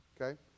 okay